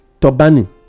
Tobani